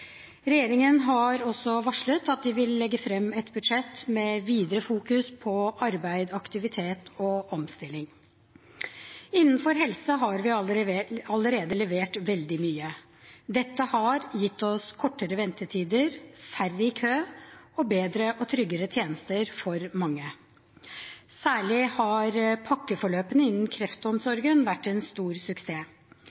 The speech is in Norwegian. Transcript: Regjeringen har også varslet at den vil legge fram et budsjett med videre fokus på arbeid, aktivitet og omstilling. Innenfor helse har vi allerede levert veldig mye. Dette har gitt oss kortere ventetider, færre i kø og bedre og tryggere tjenester for mange. Særlig har pakkeforløpene innenfor kreftomsorgen vært en stor suksess.